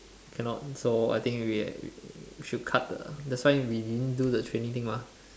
cannot so I think we we should cut the that's why we didn't do the training thing mah